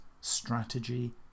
strategy